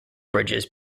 bridges